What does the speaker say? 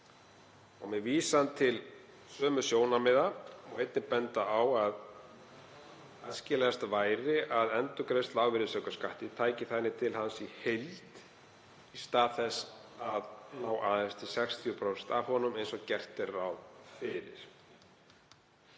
Með vísan til sömu sjónarmiða má einnig benda á að æskilegast væri að endurgreiðsla á virðisaukaskatti tæki þannig til hans í heild í stað þess að ná aðeins til 60% af honum, eins og gert er ráð fyrir